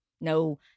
No